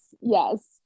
yes